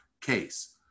case